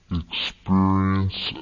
experience